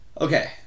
Okay